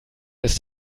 ist